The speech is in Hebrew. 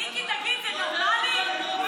מיקי, תגיד, זה נורמלי?